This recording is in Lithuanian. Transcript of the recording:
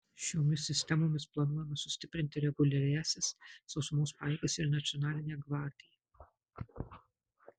šiomis sistemomis planuojama sustiprinti reguliariąsias sausumos pajėgas ir nacionalinę gvardiją